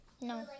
No